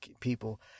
people